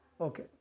Okay